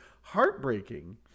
heartbreaking